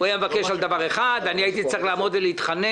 הוא היה מבקש על דבר אחד ואני הייתי צריך לעמוד ולהתחנן,